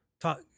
talk